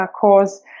cause